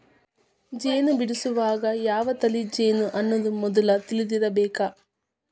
ಜೇನ ಬಿಡಸುವಾಗ ಯಾವ ತಳಿ ಜೇನು ಅನ್ನುದ ಮದ್ಲ ತಿಳದಿರಬೇಕ